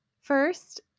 First